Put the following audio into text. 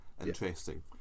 interesting